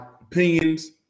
opinions